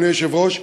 אדוני היושב-ראש,